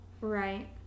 Right